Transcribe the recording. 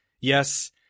yes